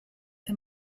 him